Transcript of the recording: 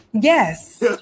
Yes